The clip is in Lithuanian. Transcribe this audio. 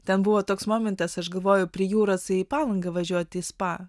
ten buvo toks momentas aš galvoju prie jūros į palangą važiuoti į spa